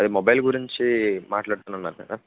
అదే మొబైల్ గురించి మాట్లాడతాను అన్నారు కదా